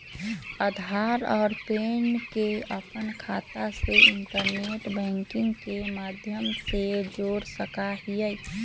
आधार और पैन के अपन खाता से इंटरनेट बैंकिंग के माध्यम से जोड़ सका हियी